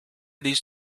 these